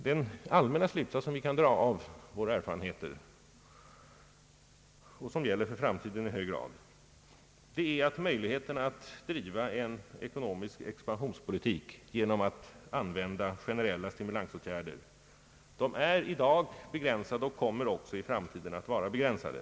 Den allmänna slutsats som vi kan dra av våra erfarenheter och som i hög grad gäller för framtiden är att möjligheterna att driva en ekonomisk expansionspolitik genom att använda generella stimulansåtgärder är i dag begränsade och i framtiden också kommer att vara begränsade.